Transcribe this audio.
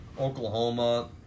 Oklahoma